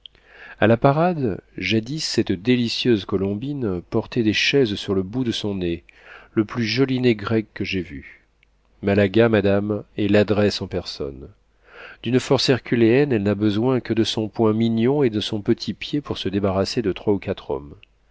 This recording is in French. a la parade jadis cette délicieuse colombine portait des chaises sur le bout de son nez le plus joli nez grec que j'aie vu malaga madame est l'adresse en personne d'une force herculéenne elle n'a besoin que de son poing mignon ou de son petit pied pour se débarrasser de trois ou quatre hommes